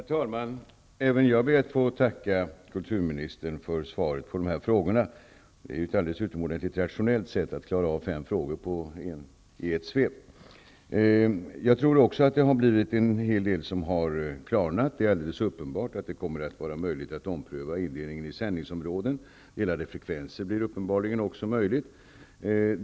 Herr talman! Även jag ber att få tacka kulturministern för svaret på dessa frågor. Det är utomordentligt rationellt att besvara fem frågor i ett svep. Jag tror också att en hel del har klarnat. Det är alldeles uppenbart att det kommer att vara möjligt att ompröva indelningen i sändningsområden. Delade frekvenser blir uppenbarligen också möjliga.